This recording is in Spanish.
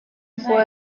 fue